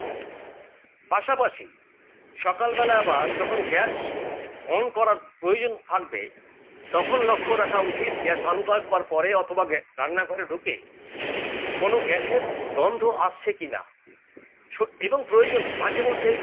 পাশাপাশি সকালবেলা আবার যখন গ্যাস অন করার প্রয়োজন থাকবে তখন লক্ষ্য রাখা উচিত গ্যাস অন করবার পরে অথবা গ্যা রান্না ঘরে ঢুকে কোনও গ্যাসের গন্ধ আসছে কি না সো এবং প্রয়োজনে মাঝে মধ্যেই